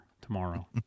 tomorrow